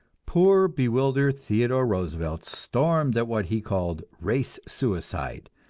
poor, bewildered theodore roosevelt stormed at what he called race suicide,